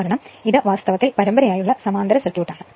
കാരണം ഇതു വാസ്തവത്തിൽ പരമ്പരയായുള്ള സമാന്തര സർക്യൂട്ടാണ്